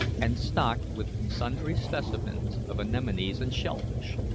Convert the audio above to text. and stocked with sundry specimens of anemones and shell-fish,